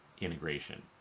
integration